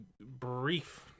brief